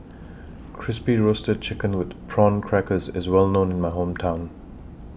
Crispy Roasted Chicken with Prawn Crackers IS Well known in My Hometown